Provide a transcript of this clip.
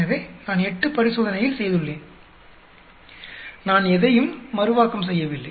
எனவே நான் 8 பரிசோதனைகள் செய்துள்ளேன் நான் எதையும் மறுவாக்கம் செய்யவில்லை